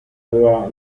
aveva